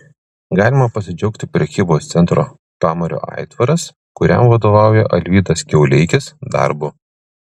galima pasidžiaugti prekybos centro pamario aitvaras kuriam vadovauja alvydas kiauleikis darbu